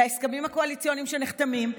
להסכמים הקואליציוניים שנחתמים,